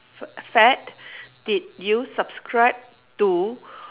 fad did you subscribe to